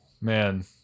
man